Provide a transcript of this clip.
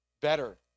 better